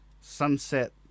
Sunset